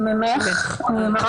זה מִמֵּךְ.